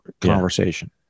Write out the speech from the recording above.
conversation